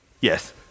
Yes